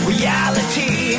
Reality